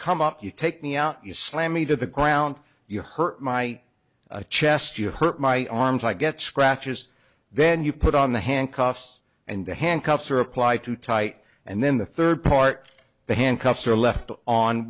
come up you take me out you slam me to the ground you hurt my a chest you hurt my arms i get scratches then you put on the handcuffs and the handcuffs are applied to tight and then the third part the handcuffs are left on